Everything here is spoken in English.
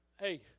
hey